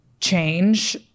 change